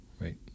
Right